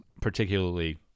particularly